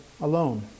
alone